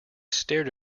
stared